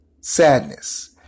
sadness